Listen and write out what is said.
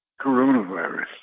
coronavirus